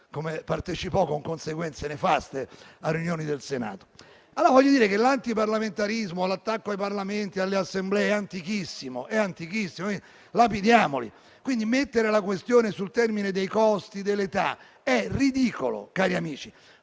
Cesare partecipò con conseguenze nefaste a riunioni del Senato. Voglio quindi dire che l'antiparlamentarismo e l'attacco ai Parlamenti e alle Assemblee è antichissimo (lapidiamoli!), quindi mettere la questione sul termine dei costi e dell'età è ridicolo, cari amici: